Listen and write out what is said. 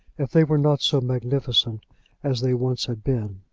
if they were not so magnificent as they once had been.